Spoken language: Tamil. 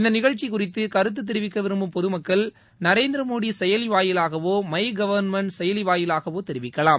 இந்த நிகழ்ச்சி குறித்து கருத்து தெரிவிக்க விரும்பும் பொதுமக்கள் நரேந்திரமோடி செயலி வாயிலாகவோ மை கவர்ன்மென்ட் செயலி வாயிலாகவோ தெரிவிக்கலாம்